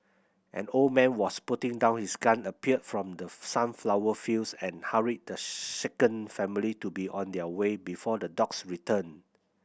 an old man was putting down his gun appeared from the sunflower fields and hurried the shaken family to be on their way before the dogs return